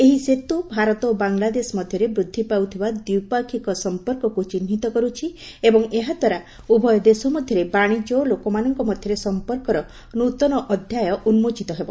ଏହି ସେତୁ ଭାରତ ଓ ବାଲାଂଦେଶ ମଧ୍ୟରେ ବୃଦ୍ଧି ପାଉଥିବା ଦ୍ୱିପାକ୍ଷିକ ସମ୍ପର୍କକୁ ଚିହ୍ନିତ କରୁଛି ଏବଂ ଏହାଦ୍ୱାରା ଉଭୟ ଦେଶ ମଧ୍ୟରେ ବାଣିଜ୍ୟ ଓ ଲୋକମାନଙ୍କ ମଧ୍ୟରେ ସମ୍ପର୍କର ନୃତନ ଅଧ୍ୟାୟ ଉନ୍କୋଚିତ ହେଉ